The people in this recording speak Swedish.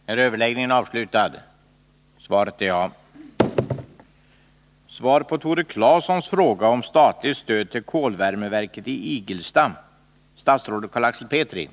Herr talman! Tore Claeson har frågat mig om jag avser att vidta några åtgärder med anledning av oljeersättningsfondens besked om att bidrag inte kan erhållas till miljöförbättringsåtgärder vid Igelstaverket i Södertälje.